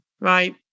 Right